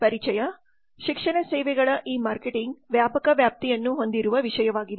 ಪರಿಚಯ ಶಿಕ್ಷಣ ಸೇವೆಗಳ ಈ ಮಾರ್ಕೆಟಿಂಗ್ ವ್ಯಾಪಕ ವ್ಯಾಪ್ತಿಯನ್ನು ಹೊಂದಿರುವ ವಿಷಯವಾಗಿದೆ